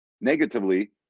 negatively